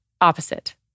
opposite